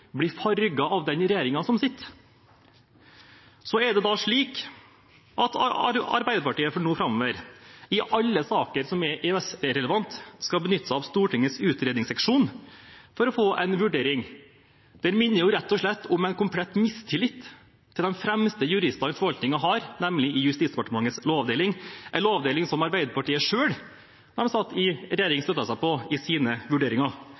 blir farget av den regjeringen som sitter. Er det da slik at Arbeiderpartiet nå framover i alle saker som er EØS-relevante, skal benytte seg av Stortingets utredningsseksjon for å få en vurdering? Det minner rett og slett om en komplett mistillit til de fremste juristene forvaltningen har, nemlig i Justisdepartementets lovavdeling, en lovavdeling som Arbeiderpartiet selv da de satt i regjering, støttet seg på i sine vurderinger.